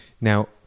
Now